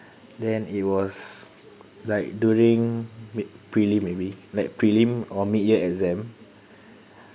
then it was like during re~ preliminary like prelim or mid year exam